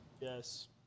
Yes